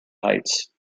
heights